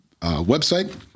website